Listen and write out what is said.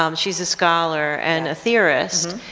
um she's a scholar, and a theorist,